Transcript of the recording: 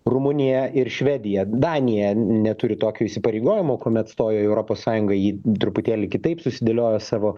rumunija ir švedija danija neturi tokio įsipareigojimo kuomet stojo į europos sąjungą ji truputėlį kitaip susidėliojo savo